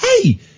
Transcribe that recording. Hey